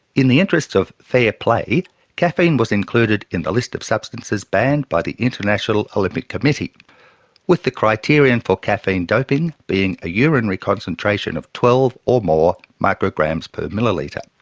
in the interest of fair play caffeine was included in the list of substances banned by the international olympic committee with the criterion for caffeine doping being a urinary concentration of twelve or more micrograms per millilitre.